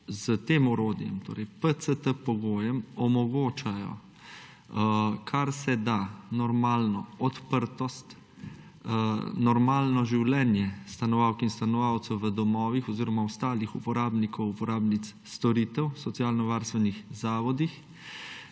to orodje, torej PCT pogoj, omogoča karseda normalno odprtost, normalno življenje stanovalk in stanovalcev v domovih oziroma ostalih uporabnikov, uporabnic storitev v socialnovarstvenih zavodih